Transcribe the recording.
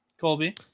Colby